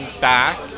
back